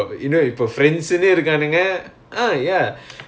ya ya you're on your own already